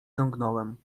ciągnąłem